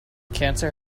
cancer